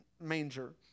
manger